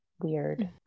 weird